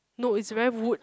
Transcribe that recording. no it's very wood